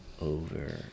over